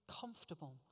comfortable